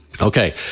Okay